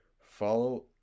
Follow